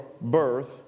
birth